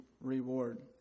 reward